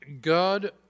God